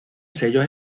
sellos